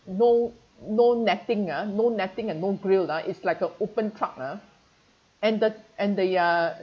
no no netting ah no netting and no grill ah it's like a open truck ah and the and the uh